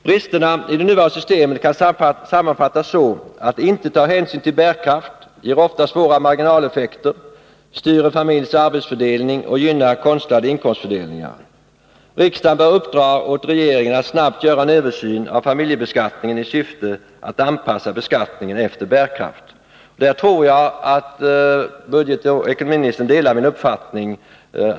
Bristerna i det nuvarande systemet kan sammanfattas så att systemet inte tar hänsyn till bärkraft, ger ofta svåra marginaleffekter, styr en familjs arbetsfördelning och gynnar konstlade inkomstfördelningar. Riksdagen bör uppdra åt regeringen att snabbt göra en översyn familjebeskattningen i syfte att anpassa beskattningen efter bärkraft. Där tror jag att ekonomioch budgetministern delar min uppfattning.